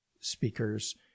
speakers